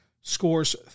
scores